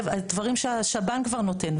על דברים שהשב"ן כבר נותן?